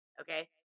Okay